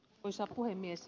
arvoisa puhemies